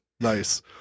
Nice